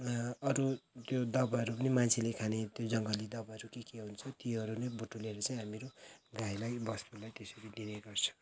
अरू त्यो दवाईहरू पनि मान्छेले खाने त्यो जङ्गली दवाईहरू के के हुन्छ त्योहरू नै बटुलेर चाहिँ हामीहरू गाईलाई बस्तुलाई त्यसरी दिने गर्छौँ